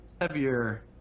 heavier